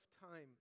time